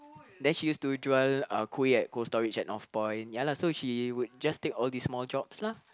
then she used to jual uh kueh at Cold-Storage at Northpoint ya lah so she would just take all these small jobs lah